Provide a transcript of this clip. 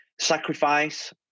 sacrifice